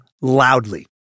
loudly